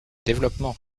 développement